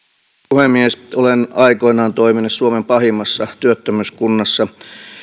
puhemies olen aikoinaan toiminut suomen pahimmassa työttömyyskunnassa